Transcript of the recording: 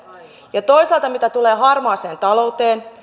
ja toisaalta mitä tulee harmaaseen talouteen